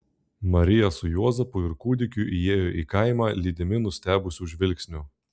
marija su juozapu ir kūdikiu įėjo į kaimą lydimi nustebusių žvilgsnių